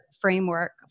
framework